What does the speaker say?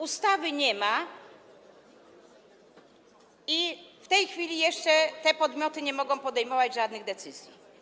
Ustawy nie ma i w tej chwili jeszcze te podmioty nie mogą podejmować żadnych decyzji.